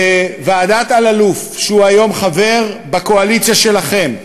בוועדת אלאלוף, והוא היום חבר בקואליציה שלכם,